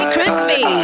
Crispy